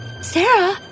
Sarah